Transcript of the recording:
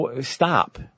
stop